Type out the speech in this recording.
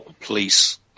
police